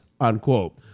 unquote